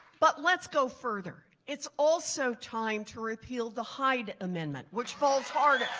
but let's go further. it's also time to repeal the hyde amendment which falls hard